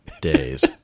days